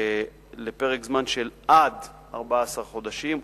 לפרק זמן של עד 14 חודשים,